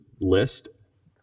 list